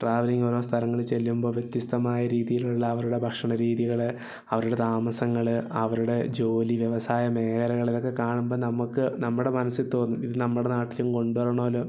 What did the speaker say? travelling ഓരോ സ്ഥലങ്ങള് ചെല്ലുമ്പോൾ വ്യത്യസ്ഥമായ രീതിയിലുള്ള അവരുടെ ഭക്ഷണ രീതികള് അവരുടെ താമസങ്ങള് അവരുടെ ജോലി വ്യവസായ മേഖലകൾ ഇതൊക്കെ കാണുമ്പോൾ നമുക്ക് നമ്മുടെ മനസ്സിൽ തോന്നും ഇത് നമ്മുടെ നാട്ടിലും കൊണ്ട് വരണമല്ലൊ